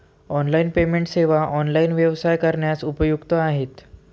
online payment सेवा online व्यवसाय करण्यास उपयुक्त आहेत